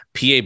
PA